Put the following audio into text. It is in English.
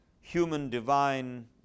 human-divine